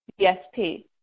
DSP